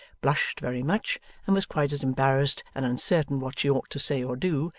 blushed very much and was quite as embarrassed and uncertain what she ought to say or do,